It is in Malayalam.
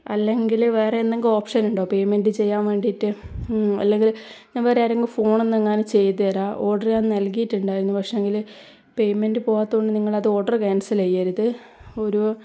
അല്ലെങ്കില് വേറെ എന്തെങ്കിലും ഓപ്ഷൻ ഉണ്ടോ പെയ്മെൻറ്റ് ചെയ്യാൻ വേണ്ടിയിട്ട് അല്ലെങ്കില് ഞാൻ വേറെ ആരെങ്കിലും ഫോണെന്നങ്ങാനും ചെയ്തുതെരാ ഓഡർ ഞാൻ നൽകിയിട്ടുണ്ടായിരുന്നു പക്ഷേ എങ്കില് പെയ്മെൻറ്റ് പോവാത്ത കൊണ്ട് നിങ്ങളത് ഓഡർ ക്യാൻസൽ ചെയ്യരുത് ഒരു